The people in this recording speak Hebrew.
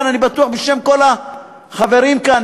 אני בטוח שבשם כל החברים כאן,